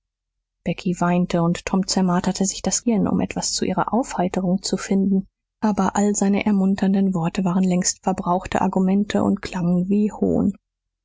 becky weinte und tom zermarterte sich das hirn um etwas zu ihrer aufheiterung zu finden aber all seine ermunternden worte waren längst verbrauchte argumente und klangen wie hohn